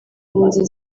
mpunzi